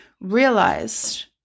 realized